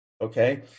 okay